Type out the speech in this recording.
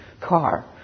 car